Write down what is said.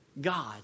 God